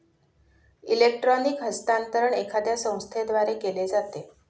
electronic हस्तांतरण एखाद्या संस्थेद्वारे केले जाते